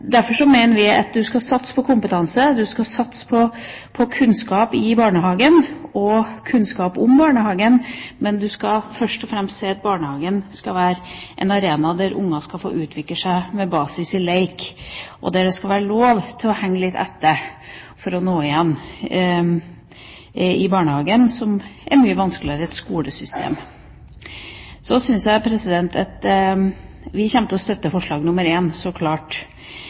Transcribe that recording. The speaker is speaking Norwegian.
Derfor mener vi at en skal satse på kompetanse, en skal satse på kunnskap i barnehagen og kunnskap om barnehagen, men det skal først og fremst være slik at barnehagen skal være en arena der barn skal få utvikle seg med basis i lek, og der det skal være lov å henge litt etter, noe som er mye vanskeligere i et skolesystem. Vi kommer til å støtte forslag nr. 1, så klart.